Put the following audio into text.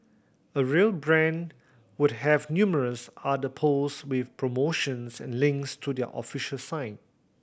a real brand would have numerous other post with promotions and links to their official site